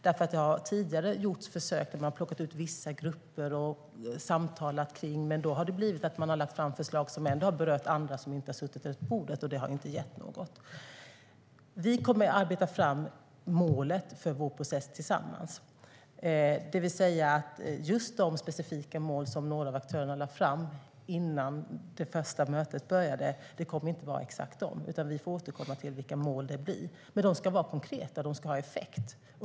Det har tidigare gjorts försök då man har plockat ut vissa grupper att samtala med, men då har det blivit så att man har lagt fram förslag som har berört andra som inte har suttit runt bordet. Det har inte gett något. Vi kommer att arbeta fram målet för vår process tillsammans. Det kommer inte att vara just de specifika mål som några av aktörerna lade fram innan det första mötet började, utan vi får återkomma till vilka mål det blir. Men de ska vara konkreta och ha effekt.